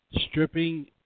stripping